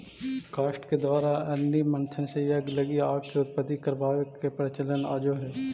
काष्ठ के द्वारा अरणि मन्थन से यज्ञ लगी आग के उत्पत्ति करवावे के प्रचलन आजो हई